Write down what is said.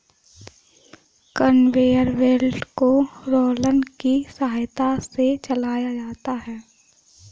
conveyor belt को roller की सहायता से चलाया जाता है